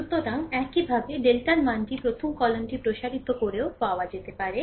সুতরাং একইভাবে ডেল্টার মানটি প্রথম কলামটি প্রসারিত করেও পাওয়া যেতে পারে